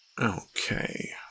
Okay